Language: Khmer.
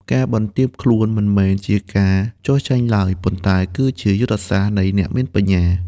ការបន្ទាបខ្លួន មិនមែនជាការចុះចាញ់ឡើយ ប៉ុន្តែគឺជាយុទ្ធសាស្ត្រនៃអ្នកមានបញ្ញា។